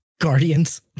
Guardians